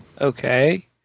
okay